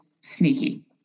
sneaky